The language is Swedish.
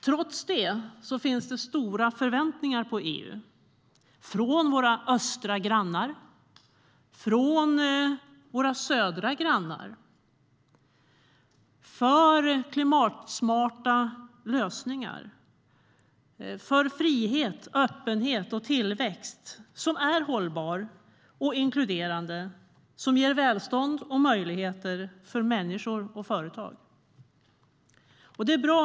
Trots det finns det stora förväntningar på EU från våra östra grannar och våra södra grannar för klimatsmarta lösningar, frihet, öppenhet och tillväxt som är hållbar och inkluderande och ger välstånd och möjligheter för människor och företag. Herr talman!